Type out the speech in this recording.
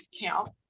count